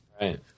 Right